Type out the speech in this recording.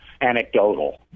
anecdotal